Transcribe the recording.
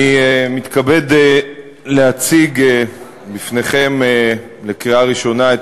אני מתכבד להציג בפניכם לקריאה ראשונה את